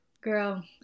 girl